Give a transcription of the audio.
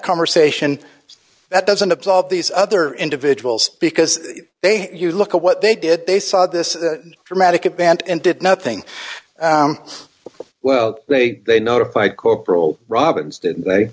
conversation that doesn't absolve these other individuals because they you look at what they did they saw this dramatic event and did nothing well they they notified corporal robins didn't